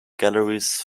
galleries